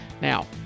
Now